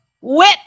Whip